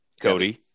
Cody